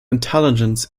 intelligence